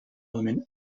element